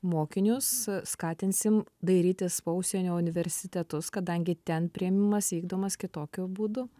mokinius skatinsim dairytis po užsienio universitetus kadangi ten priėmimas vykdomas kitokiu būdu